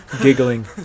giggling